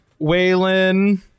Waylon